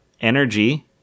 energy